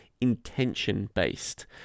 intention-based